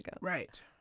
Right